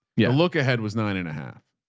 yeah. look ahead. was nine and a half.